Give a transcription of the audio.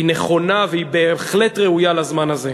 היא נכונה והיא בהחלט ראויה לזמן הזה.